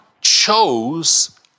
chose